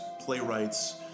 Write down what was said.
playwrights